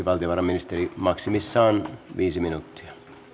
valtiovarainministeri maksimissaan viisi minuuttia